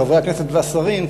חברי הכנסת והשרים,